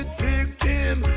victim